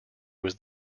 was